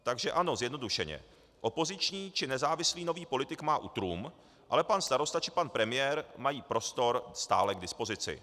Takže ano, zjednodušeně opoziční či nezávislý nový politik má utrum, ale pan starosta či pan premiér mají prostor stále k dispozici.